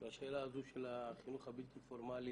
והשאלה הזו של החינוך הבלתי פורמלי